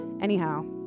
anyhow